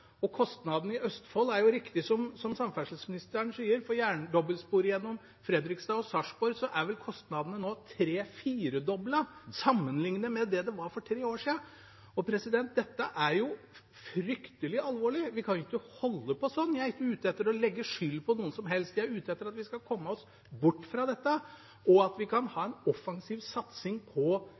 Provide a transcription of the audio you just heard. er riktig, det samferdselsministeren sier om kostnadene i Østfold. For dobbeltsporet gjennom Fredrikstad og Sarpsborg er vel kostnadene nå tre- eller firedoblet sammenlignet med for tre år siden. Dette er fryktelig alvorlig. Vi kan ikke holde på sånn. Jeg er ikke ute etter å legge skylden på noen som helst, jeg er ute etter at vi skal komme oss bort fra dette, og at vi kan ha en offensiv satsing på